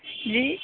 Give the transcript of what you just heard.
جی